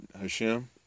Hashem